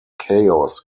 chaos